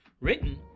Written